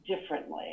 differently